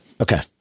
Okay